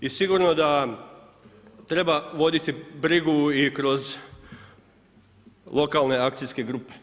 I sigurno da treba voditi brigu i kroz lokalne akcijske grupe.